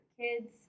kids